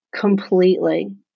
completely